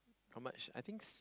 how much I think